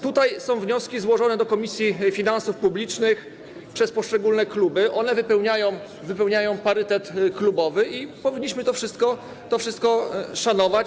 Tutaj są wnioski złożone do Komisji Finansów Publicznych przez poszczególne kluby, one wypełniają parytet klubowy i powinniśmy to wszystko szanować.